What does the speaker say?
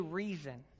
reason